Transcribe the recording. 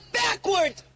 backwards